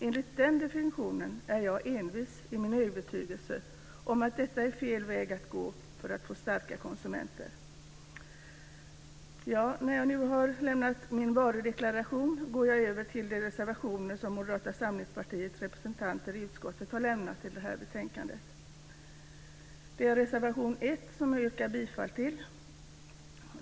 Enligt den definitionen är jag envis i min övertygelse om att detta är helt fel väg att gå för att få starka konsumenter. När jag nu har lämnat min varudeklaration går jag över till de reservationer som Moderata samlingspartiets representanter i utskottet har lämnat till det här betänkandet. Det är reservation 1, som jag yrkar bifall till.